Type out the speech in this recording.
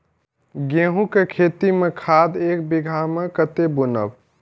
गेंहू के खेती में खाद ऐक बीघा में कते बुनब?